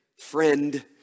friend